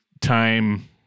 time